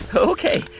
ah ok,